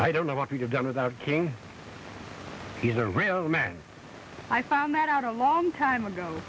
i don't know what you've done without king he's a real man i found that out a long time ago